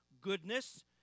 goodness